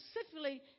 specifically